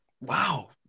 Wow